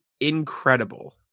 incredible